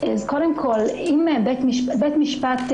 בית משפט,